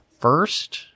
first